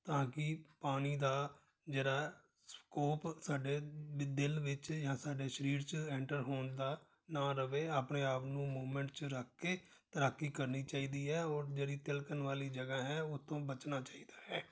ਤਾਂ ਕਿ ਪਾਣੀ ਦਾ ਜਿਹੜਾ ਸਕੋਪ ਸਾਡੇ ਦਿਲ ਵਿੱਚ ਜਾਂ ਸਾਡੇ ਸਰੀਰ 'ਚ ਐਂਟਰ ਹੋਣ ਦਾ ਨਾ ਰਹੇ ਆਪਣੇ ਆਪ ਨੂੰ ਮੂਵਮੈਂਟ 'ਚ ਰੱਖ ਕੇ ਤੈਰਾਕੀ ਕਰਨੀ ਚਾਹੀਦੀ ਹੈ ਔਰ ਜਿਹੜੀ ਤਿਲਕਣ ਵਾਲੀ ਜਗ੍ਹਾ ਹੈ ਉਥੋਂ ਬਚਣਾ ਚਾਹੀਦਾ ਹੈ